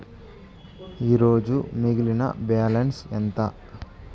ఈరోజు మిగిలిన బ్యాలెన్స్ ఎంత?